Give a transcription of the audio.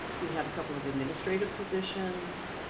we had a couple of administrative positions.